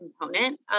component